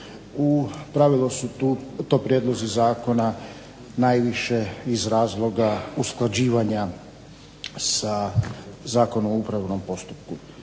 U pravilu su to prijedlozi zakona najviše iz razloga usklađivanja sa Zakonom o upravnom postupku.